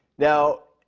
now,